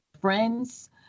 friends